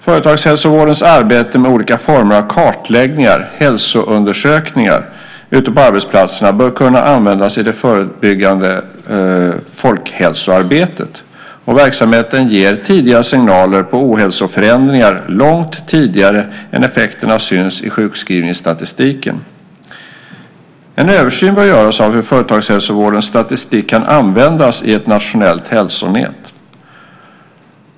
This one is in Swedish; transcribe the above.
Företagshälsovårdens arbete med olika former av kartläggningar - hälsoundersökningar - ute på arbetsplatserna bör kunna användas i det förebyggande folkhälsoarbetet. Verksamheten ger tidiga signaler på ohälsoförändringar långt innan effekterna syns i sjukskrivningsstatistiken. En översyn bör göras av hur företagshälsovårdens statistik kan användas i ett nationellt hälsonät.